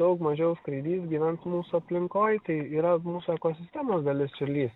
daug mažiau skraidys gyvens mūsų aplinkoj tai yra mūsų ekosistemos dalis čiurlys